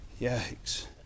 Yikes